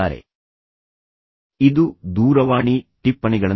ಆದ್ದರಿಂದ ಸರಳವಾಗಿ ಇದು ದೂರವಾಣಿ ಟಿಪ್ಪಣಿಗಳಂತಿದೆ